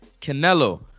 Canelo